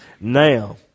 Now